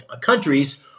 countries